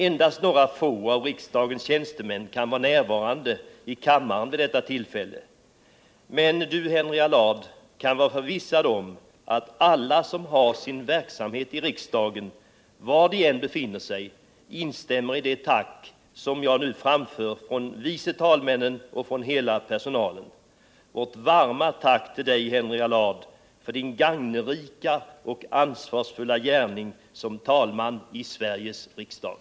Endast några få av riksdagens tjänstemän kan vara närvarande i kammaren vid detta tillfälle, men Henry Allard kan vara förvissad om att alla som har sin verksamhet i riksdagen, var de än befinner sig, instämmer i det tack som jag nu framför från vice talmännen, som står här berdvid mig, och från hela personalen. Vårt varma tack till dig, Henry Allard, för din gagnerika och ansvarsfulla gärning som talman i Sveriges riksdag!